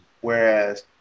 Whereas